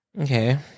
Okay